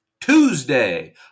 Tuesday